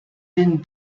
been